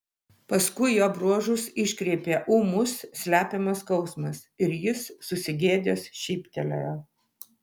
paskui jo bruožus iškreipė ūmus slepiamas skausmas ir jis susigėdęs šyptelėjo